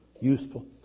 Useful